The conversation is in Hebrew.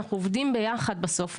אנחנו עובדים ביחד בסוף.